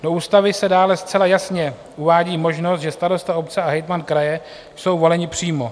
Do ústavy se dále zcela jasně uvádí možnost, že starosta obce a hejtman kraje jsou voleni přímo.